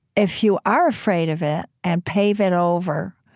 if you are afraid of it and pave it over,